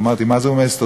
אמרתי: מה זה אומר הסתדרות?